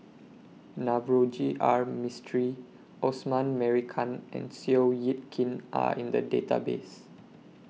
Navroji R Mistri Osman Merican and Seow Yit Kin Are in The Database